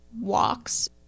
walks